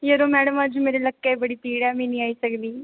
यरो मैडम अज्ज मेरे लक्कै बड़ी पीड़ ऐ में नीं आई सकनीं